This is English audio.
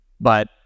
but-